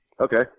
Okay